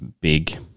big